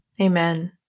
Amen